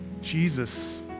Jesus